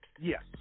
Yes